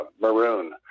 Maroon